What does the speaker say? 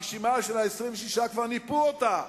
הרשימה של ה-26, כבר ניפו אותה.